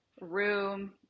room